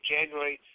January